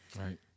Right